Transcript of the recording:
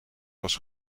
was